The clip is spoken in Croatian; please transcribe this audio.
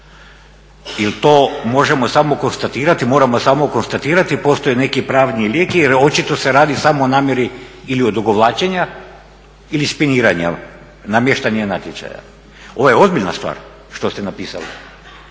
Ili to možemo samo konstatirati, moramo samo konstatirati i postoje neki pravni lijek jer očito se radi smo o namjeri ili odugovlačenje ili spiniranja, namještanja natječaja. Ovo je ozbiljna stvar što ste napisali,